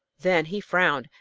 then he frowned,